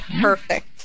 perfect